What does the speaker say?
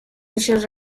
hechos